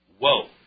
whoa